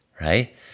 right